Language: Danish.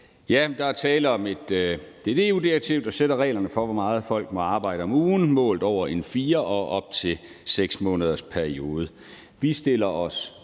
Der er tale om et EU-direktiv, der sætter reglerne for, hvor meget folk må arbejde om ugen målt over en 4- og op til 6-månedersperiode.